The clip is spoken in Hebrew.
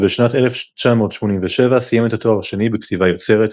ובשנת 1987 סיים את התואר השני בכתיבה יוצרת,